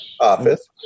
office